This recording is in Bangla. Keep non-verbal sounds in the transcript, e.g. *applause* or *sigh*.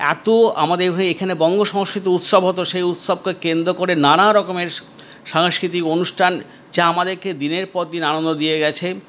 এত আমাদের *unintelligible* এখানে বঙ্গ সংস্কৃতির উৎসব হতো সেই উৎসবকে কেন্দ্র করে নানা রকমের সাংস্কৃতিক অনুষ্ঠান যা আমাদেরকে দিনের পর দিন আনন্দ দিয়ে গেছে